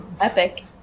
epic